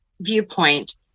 viewpoint